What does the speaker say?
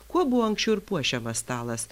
kuo buvo anksčiau ir puošiamas stalas